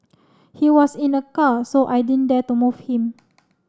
he was in a car so I didn't dare to move him